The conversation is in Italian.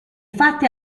fatti